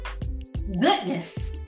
goodness